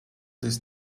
this